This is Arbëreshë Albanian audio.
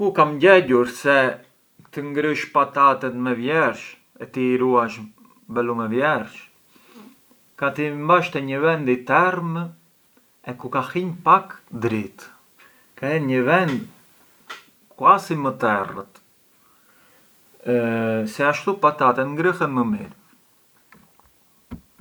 U kam gjegjur se sa të ngrësh patatet me vjersh, e të i ruash belu me vjersh, ka t’i mbash te një vend i term e ku ka hinj pak drit, te një vend quasi më terrët se ashtu patatet ngrëhen më mirë.